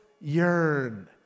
yearn